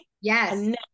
Yes